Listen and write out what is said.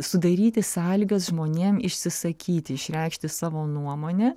sudaryti sąlygas žmonėm išsisakyti išreikšti savo nuomonę